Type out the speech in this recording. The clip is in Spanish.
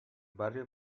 barrio